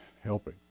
helping